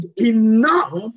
enough